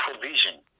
provision